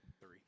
three